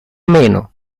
meno